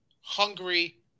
hungry